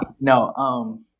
No